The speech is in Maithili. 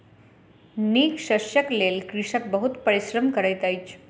नीक शस्यक लेल कृषक बहुत परिश्रम करैत अछि